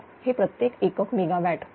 01544 हे प्रत्येक एकक मेगा वॅट